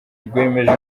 rwemeje